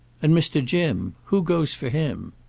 and mr. jim who goes for him?